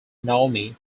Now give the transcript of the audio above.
naomi